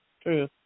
true